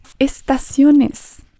estaciones